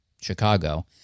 Chicago